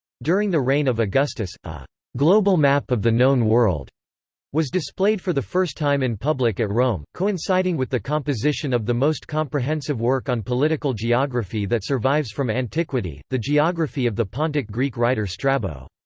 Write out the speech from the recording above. during the reign of augustus, a global map of the known world was displayed for the first time in public at rome, coinciding with the composition of the most comprehensive work on political geography that survives from antiquity, the geography of the pontic greek writer strabo.